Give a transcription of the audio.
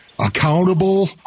accountable